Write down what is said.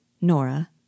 Nora